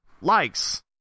Likes